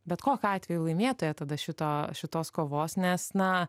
bet kokiu atveju laimėtoja tada šito šitos kovos nes na